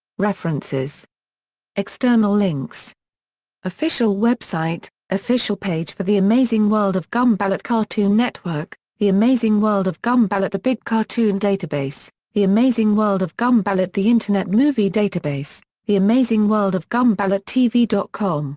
references external links official website official page for the amazing world of gumball at cartoon network the amazing world of gumball at the big cartoon database the amazing world of gumball at the internet movie database the amazing world of gumball at tv dot com